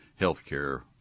healthcare